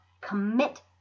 commit